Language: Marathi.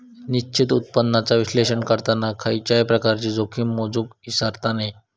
निश्चित उत्पन्नाचा विश्लेषण करताना खयच्याय प्रकारची जोखीम मोजुक इसरता नये